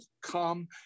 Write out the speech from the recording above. come